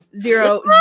Zero